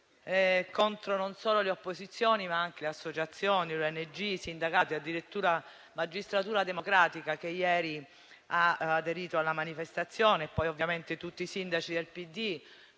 contro non solo le opposizioni, ma anche le associazioni, le ONG, i sindacati e addirittura Magistratura democratica, che ieri ha aderito alla manifestazione; e poi ovviamente tutti i sindaci del PD,